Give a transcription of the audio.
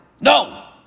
No